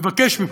מבקש ממך,